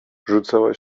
rzucała